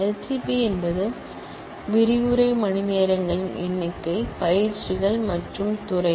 L T P என்பது விரிவுரை மணிநேரங்களின் எண்ணிக்கை பயிற்சிகள் மற்றும் துறை